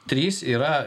trys yra